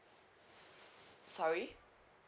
sorry